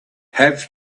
have